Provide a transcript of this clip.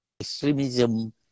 extremism